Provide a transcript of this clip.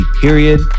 period